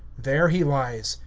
there he lies,